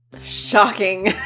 Shocking